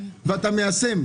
ואתה מיישם.